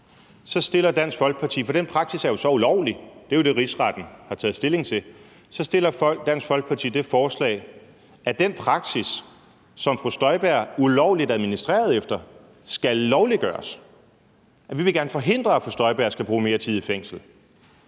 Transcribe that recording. skulle skilles ad. Og den praksis er jo så ulovlig – det er jo det, Rigsretten har taget stilling til. Så fremsætter Dansk Folkeparti det forslag, at den praksis, som fru Inger Støjberg ulovligt administrerede efter, skal lovliggøres, for vi vil gerne forhindre, at fru Inger Støjberg skal bruge mere tid i fængsel.